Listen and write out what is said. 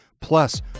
Plus